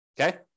okay